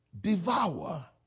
devour